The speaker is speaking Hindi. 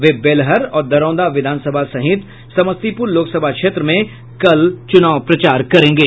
वे बेलहर और दरौंदा विधानसभा सहित समस्तीपुर लोकसभा क्षेत्र में कल चूनाव प्रचार करेंगे